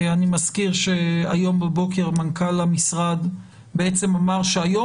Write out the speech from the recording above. אני מזכיר שהיום בבוקר מנכ"ל המשרד אמר שהיום